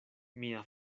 mia